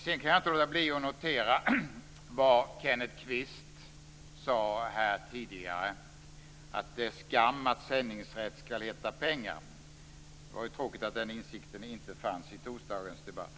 Sedan kan jag inte låta bli att notera vad Kenneth Kvist sade tidigare. Han sade att det var skam att sändningsrätt skall heta pengar. Det var tråkigt att den insikten inte fanns i torsdagens debatt.